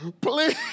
please